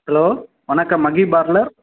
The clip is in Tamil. ஹலோ வணக்கம் மஹி பார்லர்